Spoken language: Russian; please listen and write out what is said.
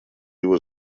его